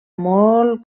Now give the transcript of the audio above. molt